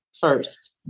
first